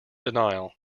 denial